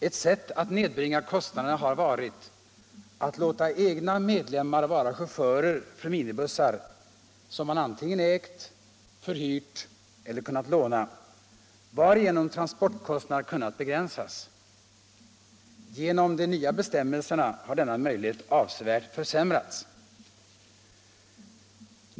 Ett sätt att nedbringa kostnaderna har varit att låta egna medlemmar vara chaufförer för minibussar som man antingen ägt, förhyrt eller kunnat låna, varigenom transportkostnaderna kunnat begränsas. Genom de nya bestämmelserna har denna möjlighet avsevärt försämrats.